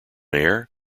air